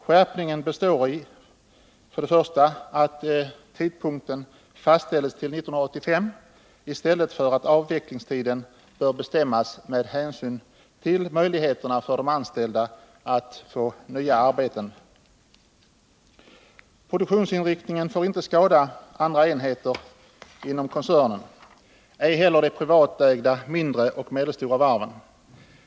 Skärpningen består för det första i att tidpunkten för nedläggningen fastställs till 1985 — i stället för att avvecklingstiden skall bestämmas med hänsyn till möjligheterna för de anställda att få nya arbeten. För det andra får produktionsinriktningen inte skada andra enheter inom koncernen, ej heller de privatägda mindre och medelstora varven.